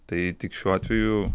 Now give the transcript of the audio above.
tai tik šiuo atveju